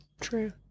True